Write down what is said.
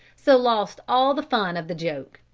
so lost all the fun of the joke.